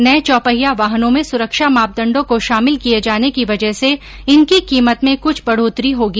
नये चौपहिया वाहनों में सुरक्षा मापदंडो को शामिल किये जाने की वजह से इनकी कीमत में कुछ बढोतरी होगी